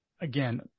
Again